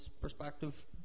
perspective